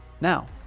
Now